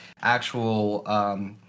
actual